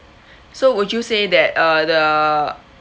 so would you say that uh the